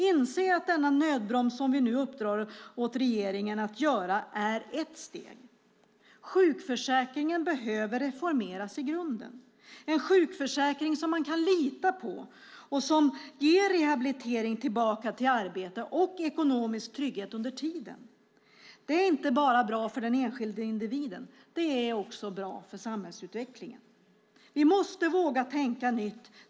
Inse att denna nödbroms är ett steg som vi nu uppdrar åt regeringen att göra någonting med. Sjukförsäkringen behöver reformeras i grunden. Det behövs en sjukförsäkring som man kan lita på och som ger rehabilitering tillbaka i arbete samt ekonomisk trygghet under tiden. Det är inte bra bara för den enskilde individen. Det är också bra för samhällsutvecklingen. Vi måste våga tänkta nytt.